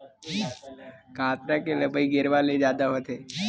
कांसरा के लंबई गेरवा ले जादा होथे